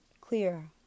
clear